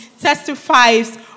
testifies